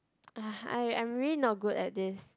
I I'm really not good at this